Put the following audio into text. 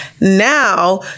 now